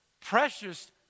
precious